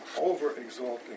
over-exalting